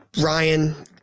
ryan